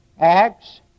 Acts